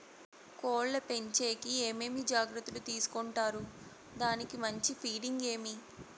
కోళ్ల పెంచేకి ఏమేమి జాగ్రత్తలు తీసుకొంటారు? దానికి మంచి ఫీడింగ్ ఏమి?